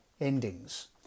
endings